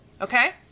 okay